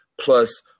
plus